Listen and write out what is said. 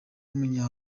w’umunya